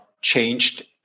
changed